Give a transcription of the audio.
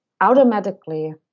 automatically